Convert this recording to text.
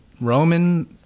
Roman